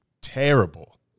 terrible